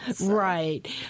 right